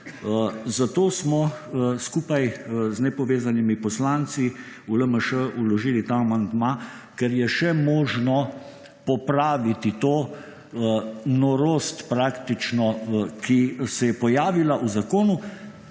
Zato smo skupaj z nepovezanimi poslanci v LMŠ vložili ta amandma, ker je še možno popraviti to norost praktično, ki se je pojavila v zakonu.